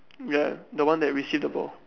ya the one that receive the ball